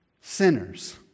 Sinners